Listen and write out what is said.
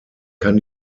kann